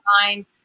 mind